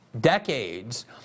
decades